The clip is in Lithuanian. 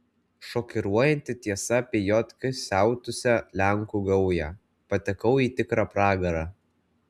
šokiruojanti tiesa apie jk siautusią lenkų gaują patekau į tikrą pragarą